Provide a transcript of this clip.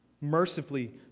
mercifully